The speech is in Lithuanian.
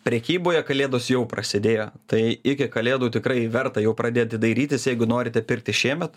prekyboje kalėdos jau prasidėjo tai iki kalėdų tikrai verta jau pradėti dairytis jeigu norite pirkti šiemet